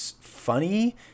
funny